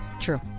True